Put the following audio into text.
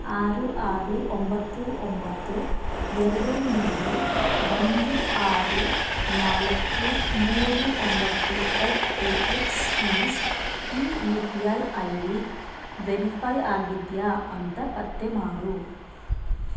ಆರು ಆರು ಒಂಬತ್ತು ಒಂಬತ್ತು ಎರಡು ಮೂರು ಒಂದು ಆರು ನಾಲ್ಕು ಮೂರು ಒಂಬತ್ತು ಎಟ್ ಎ ಎಕ್ಸ್ ಈಸ್ ಈ U P I I D verify ಆಗಿದೆಯಾ ಅಂತ ಪತ್ತೆ ಮಾಡು